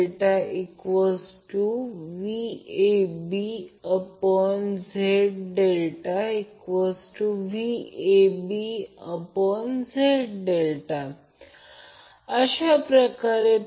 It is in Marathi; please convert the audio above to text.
तर म्हणूनच IAB हे असे लिहू शकतो त्याचप्रमाणे इतरांसाठी देखील आपण हे करू शकतो